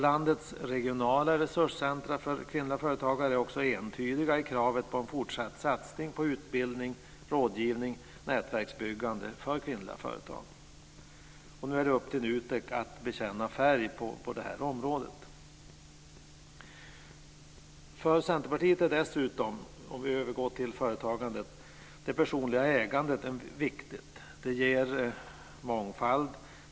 Landets regionala resurscentrum för kvinnliga företagare är också entydiga i kravet på en fortsatt satsning på utbildning, rådgivning och nätverksbyggande för kvinnliga företagare. Nu är det upp till NUTEK att bekänna färg på det här området. Om vi så övergår till företagandet är det personliga ägandet viktigt för oss i Centerpartiet. Det ger mångfald.